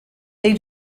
they